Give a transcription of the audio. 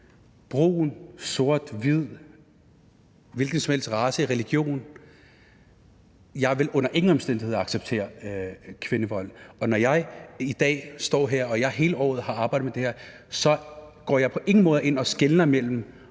brun, sort eller hvid, uanset race eller religion vil jeg under ingen omstændigheder acceptere kvindevold. Når jeg i dag står her, efter jeg hele året har arbejdet med det her, går jeg på ingen måde ind og skelner mellem,